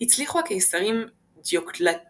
הצליחו הקיסרים דיוקלטיאנוס